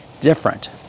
different